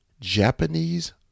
Japanese